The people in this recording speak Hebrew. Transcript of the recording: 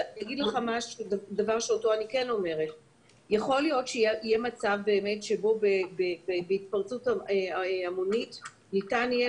יכול להיות שיהיה מצב שבהתפרצות המונית ניתן יהיה